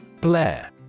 Blair